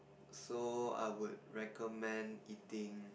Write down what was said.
so I would recommend eating